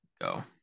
go